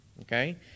okay